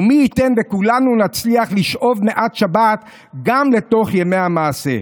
ומי ייתן וכולנו נצליח לשאוב מעט שבת גם לתוך ימי המעשה.